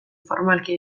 formalki